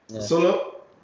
Solo